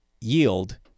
yield